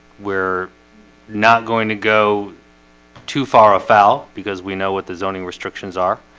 we're not going to go too far afoul because we know what the zoning restrictions are